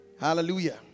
Hallelujah